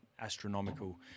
astronomical